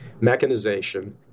mechanization